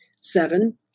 Seven